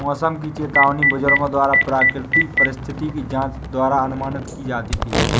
मौसम की चेतावनी बुजुर्गों द्वारा प्राकृतिक परिस्थिति की जांच द्वारा अनुमानित की जाती थी